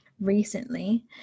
recently